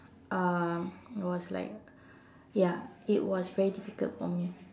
um it was like ya it was very difficult for me